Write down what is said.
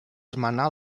esmenar